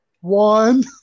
One